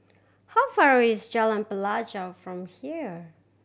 how far away is Jalan Pelajau from here